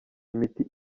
imiti